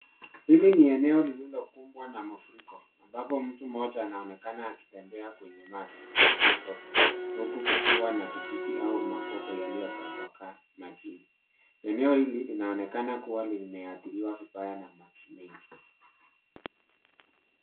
Hili ni eneo lilikumbwa na mafuriko amabpo mtu mmoja anaonekana akitembea kwenye maji yenye matope, huku kukiwa na vijiti au magogo yaliyotapakaa majini. Eneo hili linaonekana kuwa limeathiriwa vibaya na maji mengi.